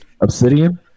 Obsidian